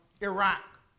Iraq